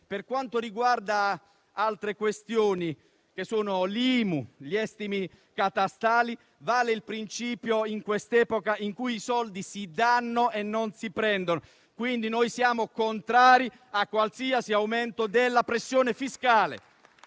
Per quanto riguarda altre questioni, come l'IMU e gli estimi catastali, vale il principio in quest'epoca in cui i soldi si danno e non si prendono; quindi, noi siamo contrari a qualsiasi aumento della pressione fiscale.